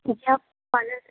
اچھا آپ پالر